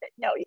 No